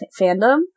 fandom